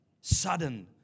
sudden